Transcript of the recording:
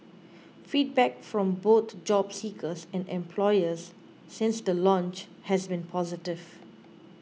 feedback from both job seekers and employers since the launch has been positive